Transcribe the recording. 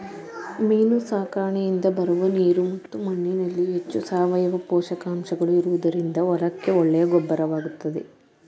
ಮೀನು ಸಾಕಣೆಯಿಂದ ಬರುವ ನೀರು ಮತ್ತು ಮಣ್ಣಿನಲ್ಲಿ ಹೆಚ್ಚು ಸಾವಯವ ಪೋಷಕಾಂಶಗಳು ಇರುವುದರಿಂದ ಹೊಲಕ್ಕೆ ಒಳ್ಳೆಯ ಗೊಬ್ಬರವಾಗುತ್ತದೆ